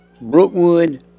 Brookwood